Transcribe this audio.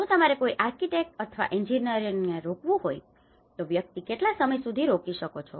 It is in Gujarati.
જો તમારે કોઈ આર્કિટેક્ટ અથવા એન્જિનિયરને રોકવું હોય તો વ્યક્તિ કેટલા સમય સુધી રોકી શકો છો